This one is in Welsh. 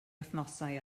wythnosau